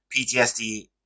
PTSD